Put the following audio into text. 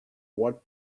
what